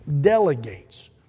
delegates